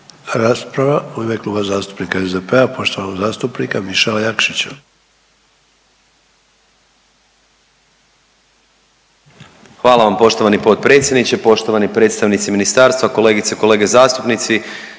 rasprava u ime Kluba zastupnika SDP-a poštovanog zastupnika Mišela Jakšića. **Jakšić, Mišel (SDP)** Hvala vam poštovani potpredsjedniče. Poštovani predstavnici ministarstva, kolegice i kolege zastupnici